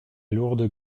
lourde